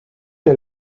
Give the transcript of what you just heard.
der